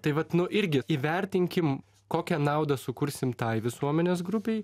tai vat nu irgi įvertinkim kokią naudą sukursim tai visuomenės grupei